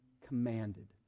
commanded